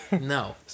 No